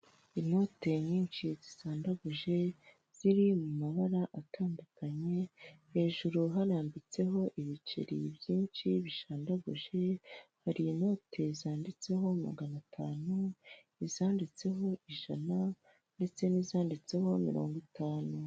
Inote nyinshi zisandaguje ziri mu mabara atandukanye hejuru harambitseho ibiceri byinshi bishandaguje hari inoti zanditseho magana atanu, izanditseho ijana ndetse n'izanditseho mirongo itanu.